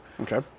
Okay